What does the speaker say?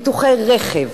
ביטוחי רכב,